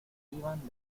iban